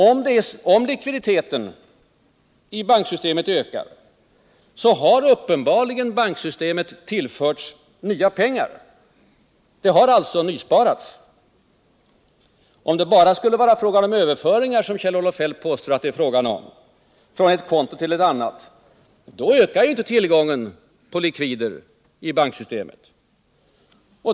Om likviditeten i banksystemet ökar, har banksystemet uppenbarligen tillförts nya pengar. Alltså har nysparande skett. Om det skulle vara fråga om överföringar, som Kjell-Olof Feldt påstår, från ett konto till ett annat, ökar inte tillgången på likvider i banksystemet.